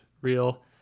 real